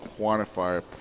quantify